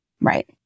Right